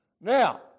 Now